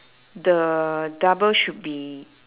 the double should be